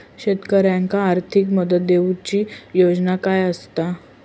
शेतकऱ्याक आर्थिक मदत देऊची योजना काय आसत?